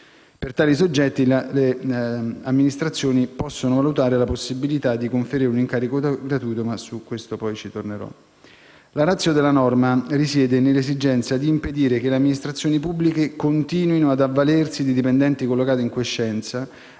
Per tali soggetti le amministrazioni possono valutare la possibilità di conferire un incarico gratuito, ma su questo tornerò in seguito. La *ratio* della norma risiede nell'esigenza di impedire che le amministrazioni pubbliche continuino ad avvalersi di dipendenti collocati in quiescenza,